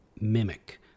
mimic